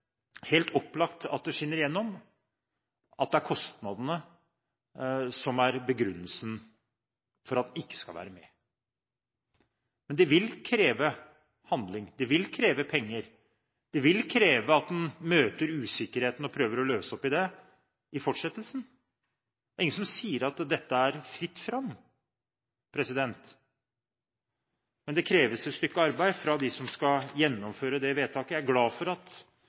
helt opplagt, det skinner igjennom, at det er kostnadene som er begrunnelsen for at vi ikke skal være med. Men det vil kreve handling, det vil kreve penger, det vil kreve at en møter usikkerheten og prøver å løse opp i det i fortsettelsen. Det er ingen som sier at det er fritt fram, men det kreves et stykke arbeid av dem som skal gjennomføre dette vedtaket. Jeg er glad for at